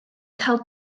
cael